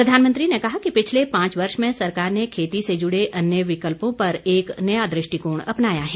प्रधानमंत्री ने कहा कि पिछले पांच वर्ष में सरकार ने खेती से जुड़े अन्य विकल्पों पर एक नया दृष्टिकोण अपनाया है